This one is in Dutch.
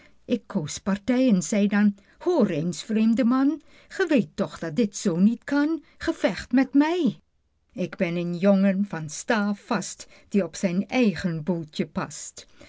ik koos partij en zeî dan hoor eens vreemde man ge weet toch dat dit zoo niet kan ge vecht met mij ik ben een jongen van sta vast die op zijn eigen boeltje past